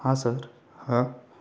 हां सर हां